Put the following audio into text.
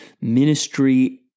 ministry